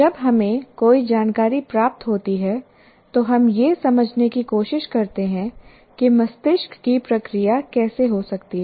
जब हमें कोई जानकारी प्राप्त होती है तो हम यह समझने की कोशिश करते हैं कि मस्तिष्क की प्रक्रिया कैसे हो सकती है